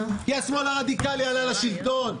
כי השמאל הרדיקלי עלה לשלטון.